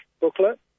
booklet